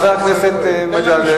חבר הכנסת מג'אדלה,